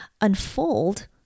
unfold